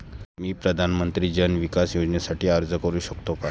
मी प्रधानमंत्री जन विकास योजनेसाठी अर्ज करू शकतो का?